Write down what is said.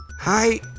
Hi